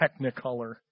technicolor